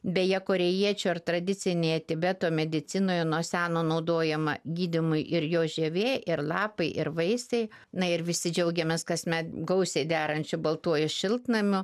beje korėjiečių ar tradicinėje tibeto medicinoje nuo seno naudojama gydymui ir jo žievė ir lapai ir vaisiai na ir visi džiaugiamės kasmet gausiai derančiu baltuoju šiltnamiu